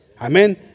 Amen